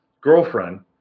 girlfriend